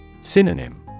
Synonym